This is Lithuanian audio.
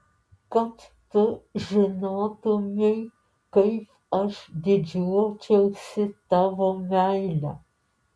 kad tu žinotumei kaip aš didžiuočiausi tavo meile